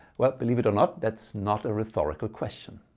well believe it or not that's not a rhetorical question.